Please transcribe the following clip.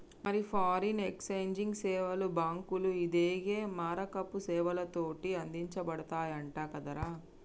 మరి foreign exchange సేవలు బాంకులు, ఇదిగే మారకపు సేవలతోటి అందించబడతయంట కదరా